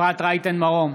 אפרת רייטן מרום,